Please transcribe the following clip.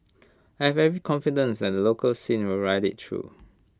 I have every confidence that the local scene will ride IT through